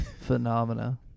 Phenomena